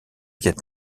viêt